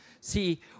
See